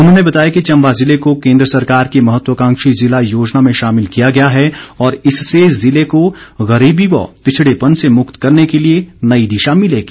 उन्होंने बताया कि चम्बा जिले को केन्द्र सरकार की महत्वाकांक्षी जिला योजना में शामिल किया गया है और इससे जिले को गरीबी व पिछड़ेपन से मुक्त करने के लिए नई दिशा मिलेगी